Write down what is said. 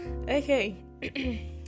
okay